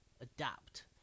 adapt